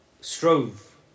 strove